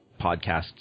podcasts